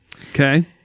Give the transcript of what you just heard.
Okay